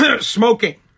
Smoking